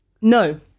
no